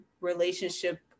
relationship